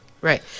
Right